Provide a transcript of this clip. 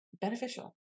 beneficial